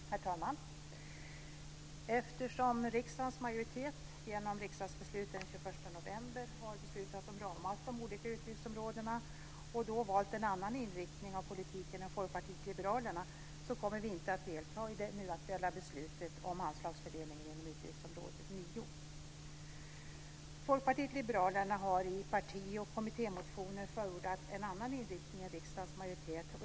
Herr talman! Eftersom riksdagens majoritet, genom riksdagsbeslut den 21 november, har beslutat om ramar för de olika utgiftsområdena och då valt en annan inriktning av politiken än Folkpartiet liberalerna kommer vi inte att delta i det nu aktuella beslutet om anslagsfördelning inom utgiftsområde 9. Folkpartiet liberalerna har i parti och kommittémotioner förordat en annan inriktning än riksdagens majoritet.